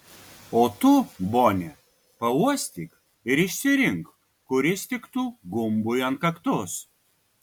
o tu bone pauostyk ir išsirink kuris tiktų gumbui ant kaktos